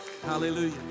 Hallelujah